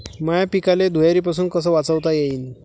माह्या पिकाले धुयारीपासुन कस वाचवता येईन?